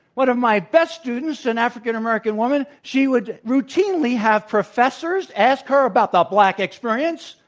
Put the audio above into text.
one of my best students an african american woman she would routinely have professors ask her about the black experience,